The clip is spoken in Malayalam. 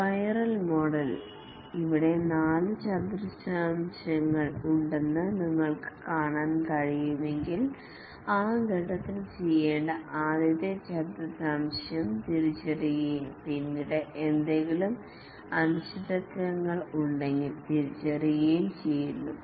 സ്പൈറൽ മോഡൽ യിൽ ഇവിടെ നാല് ചതുർത്ഥംശ്യങ്ങൾ ഉണ്ടെന്ന് നിങ്ങൾക്ക് കാണാൻ കഴിയുമെങ്കിൽ ആ ഘട്ടത്തിൽ ചെയ്യേണ്ട ആദ്യത്തെ ചതുർത്ഥംശ്യം തിരിച്ചറിയുകയും പിന്നീട് എന്തെങ്കിലും അനിശ്ചിതത്വങ്ങൾ ഉണ്ടെങ്കിൽ തിരിച്ചറിയുകയും ചെയ്യുന്നു